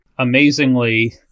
Amazingly